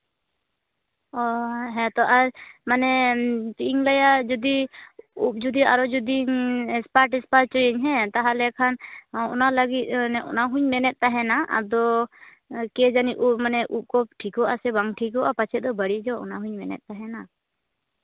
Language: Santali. ᱚ ᱦᱮᱸᱛᱚ ᱟᱨ ᱢᱟᱱᱮ ᱪᱮᱫ ᱤᱧ ᱞᱟᱹᱭᱟ ᱡᱩᱫᱤ ᱩᱵ ᱡᱩᱫᱤ ᱟᱨᱚ ᱡᱩᱫᱤ ᱥᱯᱟ ᱴᱮᱥᱯᱟ ᱦᱚᱪᱚᱭᱟᱹᱧ ᱦᱮᱸ ᱛᱟᱦᱯᱞᱮ ᱠᱷᱟᱱ ᱚᱱᱟ ᱞᱟᱹᱜᱤᱫ ᱚᱱᱟ ᱦᱚᱸᱧ ᱢᱮᱱᱮᱫ ᱛᱟᱦᱮᱱᱟ ᱟᱫᱚ ᱠᱮᱡᱟᱱᱤ ᱩᱵ ᱠᱚ ᱴᱷᱤᱠᱚᱜ ᱟᱥᱮ ᱵᱟᱝ ᱴᱷᱤᱠᱚᱜᱼᱟ ᱯᱟᱪᱮᱫ ᱫᱚ ᱵᱟᱹᱲᱚᱡᱚᱜ ᱚᱱᱟ ᱦᱚᱸᱧ ᱢᱮᱱᱮᱫ ᱛᱟᱦᱮᱱᱟ